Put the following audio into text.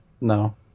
No